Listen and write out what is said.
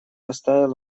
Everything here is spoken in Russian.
оставил